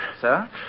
Sir